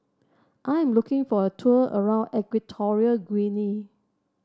I am looking for a tour around Equatorial Guinea